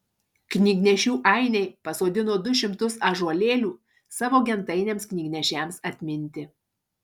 knygnešių ainiai pasodino du šimtus ąžuolėlių savo gentainiams knygnešiams atminti